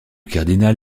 cardinal